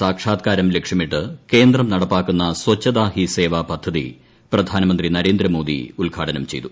സാക്ഷാത്കാരം ലക്ഷ്യമിട്ട് കേന്ദ്രം നടപ്പാക്കുന്ന സ്വച്ഛതാ ഹി സേവാ പദ്ധതി പ്രധാനമന്ത്രി നരേന്ദ്രമോദി ഉദ്ഘാടനം ചെയ്തു